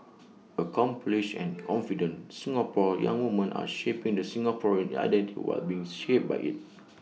accomplished and confident Singapore's young woman are shaping the Singaporean identity while being shaped by IT